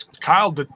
Kyle